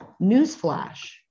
newsflash